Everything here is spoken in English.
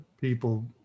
people